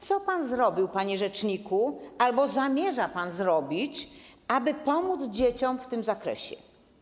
Co pan zrobił, panie rzeczniku, albo zamierza pan zrobić, aby pomóc dzieciom w tym zakresie?